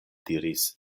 diris